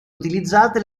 utilizzate